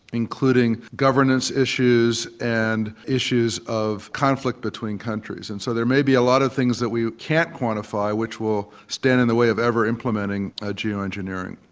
including governance issues and issues of conflict between countries. and so there may be a lot of things that we can't quantify which will stand in the way of ever implementing ah geo-engineering.